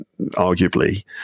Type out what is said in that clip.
arguably